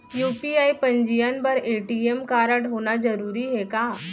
UPI पंजीयन बर ATM कारडहोना जरूरी हे का?